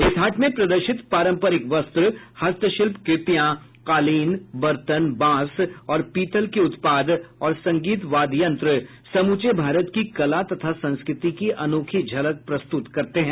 इस हाट में प्रदर्शित पारम्परिक वस्त्र हस्तशिल्प क्रतियां कालीन बर्तन बांस और पीतल के उत्पाद और संगीत वाद्य यंत्र समूचे भारत की कला तथा संस्कृति की अनोखी झलक प्रस्तृत करते हैं